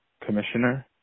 commissioner